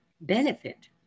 benefit